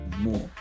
more